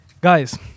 Guys